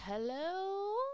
Hello